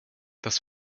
das